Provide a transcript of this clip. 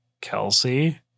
Kelsey